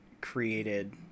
created